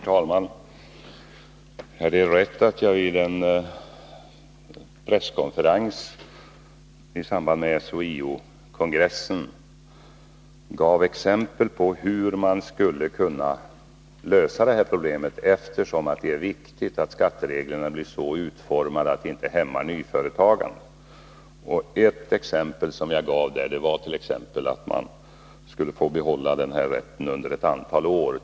Herr talman! Det är rätt att jag vid en presskonferens i samband med SHIO-kongressen gav exempel på hur man skulle kunna lösa problemet, eftersom det är viktigt att skattereglerna blir så utformade att de inte hämmar nyföretagande. Ett exempel som jag gav var att man skulle få behålla den här rätten under ett antal år.